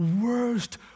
worst